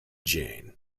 jane